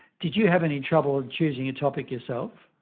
did you have any trouble choosing a topic yourself?